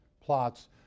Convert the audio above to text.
plots